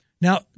Now